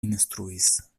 instruis